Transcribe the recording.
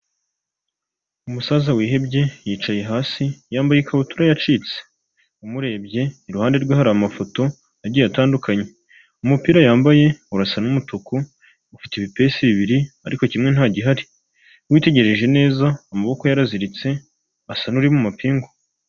Umusaza wihebye yicaye hasi, yambaye ikabutura yacitse. Umurebye iruhande rwe hari amafoto agiye atandukanye, umupira yambaye urasa n'umutuku ufite ibipesu bibiri ariko kimwe ntagihari, witegereje neza amaboko ye araziritse asa n'uri mu mapingu.